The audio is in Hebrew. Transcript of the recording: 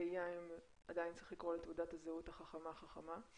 התהייה האם עדיין צריך לקרוא לתעודת הזהות החכמה חכמה.